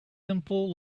simple